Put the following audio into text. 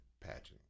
Pageant